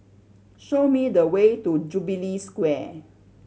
show me the way to Jubilee Square